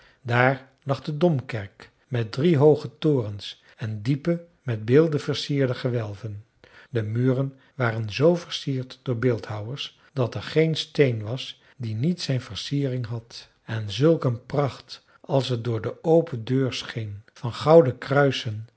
daar lag de domkerk met drie hooge torens en diepe met beelden versierde gewelven de muren waren z versierd door beeldhouwers dat er geen steen was die niet zijn versiering had en zulk een pracht als er door de open deur scheen van gouden kruisen